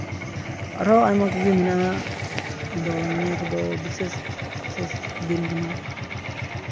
ᱟᱨᱦᱚᱸ ᱟᱭᱢᱟ ᱠᱚᱜᱮ ᱢᱮᱱᱟᱜᱼᱟ ᱟᱫᱚ ᱱᱤᱭᱟᱹ ᱠᱚᱫᱚ ᱵᱤᱥᱮᱥ ᱵᱤᱥᱮᱥ ᱫᱤᱱ ᱠᱟᱱᱟ